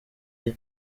iri